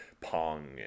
Pong